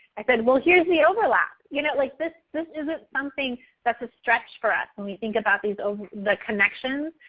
i said, well here's the overlap. you know like this this isn't something that's a stretch for us when we think about the so the connections.